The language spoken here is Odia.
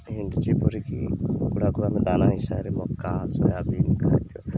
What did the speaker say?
ଏଣ୍ଡ ଯେପରିକି କୁଡ଼ାକୁ ଆମେ ଦାନା ହିସାବରେ ମକା ସୋୟାବିିନ ଖାଦ୍ୟ